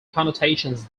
connotations